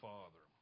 Father